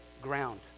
ground